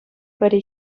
пӗри